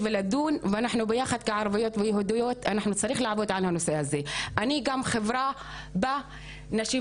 ואנחנו ביחד ערביות ויהודיות צריכות לעבוד יחד בנושא הזה,